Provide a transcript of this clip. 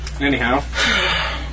Anyhow